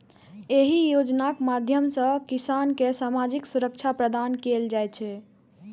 एहि योजनाक माध्यम सं किसान कें सामाजिक सुरक्षा प्रदान कैल जाइ छै